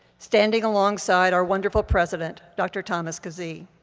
standing alongside our wonderful president, dr. thomas kazee.